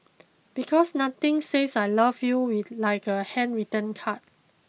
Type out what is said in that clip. because nothing says I love you like a handwritten card